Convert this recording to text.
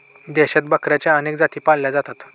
देशात बकऱ्यांच्या अनेक जाती पाळल्या जातात